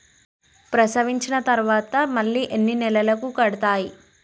ప్రసవించిన తర్వాత మళ్ళీ ఎన్ని నెలలకు కడతాయి?